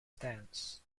stance